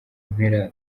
mpera